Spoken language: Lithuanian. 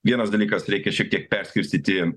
vienas dalykas reikia šiek tiek perskirstyti